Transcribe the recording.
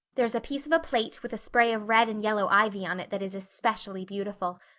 there's a piece of a plate with a spray of red and yellow ivy on it that is especially beautiful.